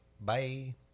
Bye